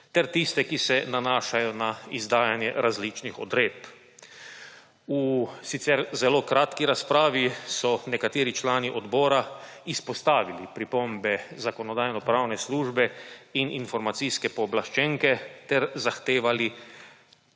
ter tiste, ki se nanašajo na izdajanje različnih odredb. V sicer zelo kratki razpravi so nekateri člani odbora izpostavili pripombe Zakonodajno-pravne službe in informacijske pooblaščenke ter zahtevali